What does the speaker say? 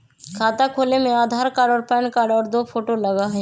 खाता खोले में आधार कार्ड और पेन कार्ड और दो फोटो लगहई?